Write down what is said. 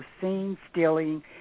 scene-stealing